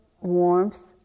warmth